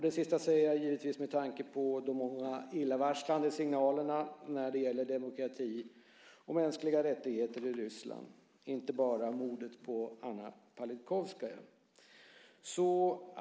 Det sista säger jag givetvis med tanke på de många illavarslande signalerna när det gäller demokrati och mänskliga rättigheter i Ryssland, inte bara mordet på Anna Politkovskaja.